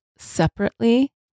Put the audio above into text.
separately